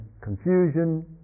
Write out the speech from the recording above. confusion